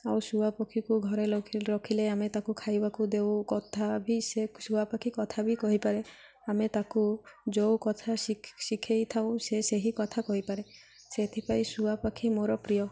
ଆଉ ଶୁଆପକ୍ଷୀକୁ ଘରେ ରଖିଲେ ଆମେ ତାକୁ ଖାଇବାକୁ ଦେଉ କଥା ବି ସେ ଶୁଆପକ୍ଷୀ କଥା ବି କହିପାରେ ଆମେ ତାକୁ ଯେଉଁ କଥା ଶିଖେଇ ଥାଉ ସେ ସେହି କଥା କହିପାରେ ସେଥିପାଇଁ ଶୁଆପକ୍ଷୀ ମୋର ପ୍ରିୟ